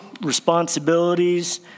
responsibilities